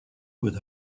with